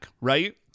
right